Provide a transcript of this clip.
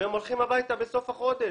והם הולכים הביתה בסוף החודש.